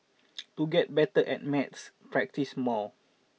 to get better at maths practice more